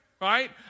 right